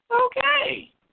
okay